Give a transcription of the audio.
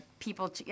People